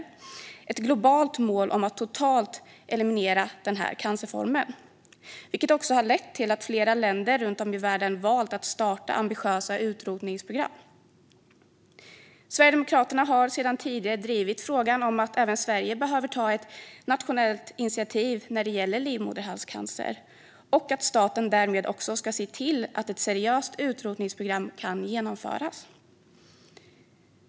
Det är ett globalt mål om att totalt eliminera cancerformen, vilket har lett till att flera länder runt om i världen valt att starta ambitiösa utrotningsprogram. Sverigedemokraterna har sedan tidigare drivit frågan om att även Sverige behöver ta ett nationellt initiativ när det gäller livmoderhalscancer och att staten därmed också ska se till att ett seriöst utrotningsprogram kan genomföras.